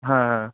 হ্যাঁ